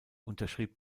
unterschrieb